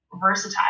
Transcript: versatile